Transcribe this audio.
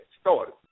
started